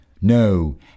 No